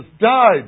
died